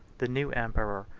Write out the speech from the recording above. the new emperor,